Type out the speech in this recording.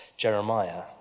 Jeremiah